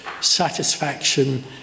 satisfaction